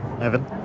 Evan